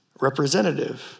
representative